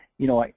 you know,